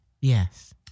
Yes